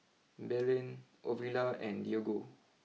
Belen Ovila and Diego